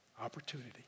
opportunity